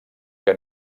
que